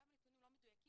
גם הנתונים לא מדויקים,